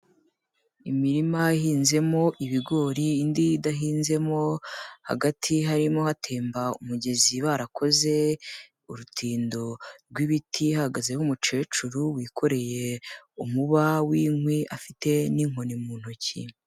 Imirima yahinzemo ibigori indi idahinzemo, hagati harimo hatemba umugezi barakoze urutindo rw'ibiti, hahagaze nk'umukecuru wikoreye umuba w'inkwi afite n'inkoni mu ntoki.